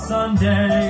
Sunday